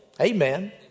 Amen